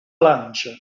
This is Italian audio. lancia